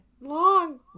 long